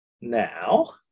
Now